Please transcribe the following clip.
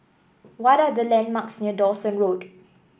what are the landmarks near Dawson Road